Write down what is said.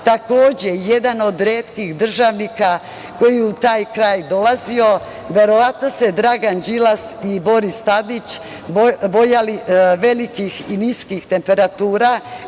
građanima, jedan od retkih državnika koji je u taj kraj dolazio. Verovatno su se Dragan Đilas i Boris Tadić bojali velikih i niskih temperatura